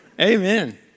Amen